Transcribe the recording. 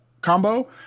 combo